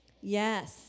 Yes